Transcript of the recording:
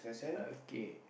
okay